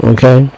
Okay